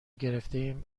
گرفتهایم